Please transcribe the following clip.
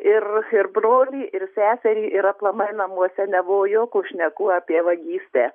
ir ir brolį ir seserį ir aplamai namuose nebuvo jokių šnekų apie vagystę